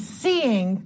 seeing